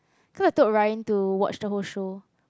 cause I took Ryan to watch the whole show